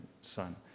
son